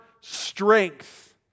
strength